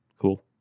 cool